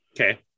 Okay